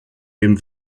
dem